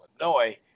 Illinois